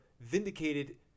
vindicated